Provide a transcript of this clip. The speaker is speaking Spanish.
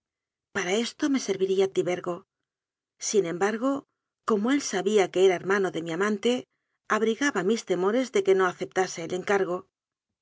para esto me serviría tibergo sin embargo como él sabía que era hermano de mi amante abrigaba mis temores de que no acep tase el encargo